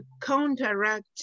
counteract